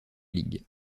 ligue